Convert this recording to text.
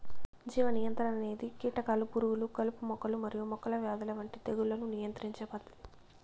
జీవ నియంత్రణ అనేది కీటకాలు, పురుగులు, కలుపు మొక్కలు మరియు మొక్కల వ్యాధుల వంటి తెగుళ్లను నియంత్రించే పద్ధతి